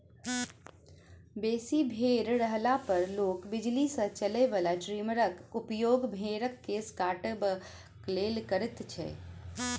बेसी भेंड़ रहला पर लोक बिजली सॅ चलय बला ट्रीमरक उपयोग भेंड़क केश कटबाक लेल करैत छै